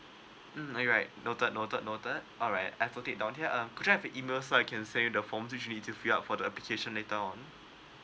mm alright noted noted noted alright I've noted down here uh could I have your email so I can send you the forms you need to fill up for the application later on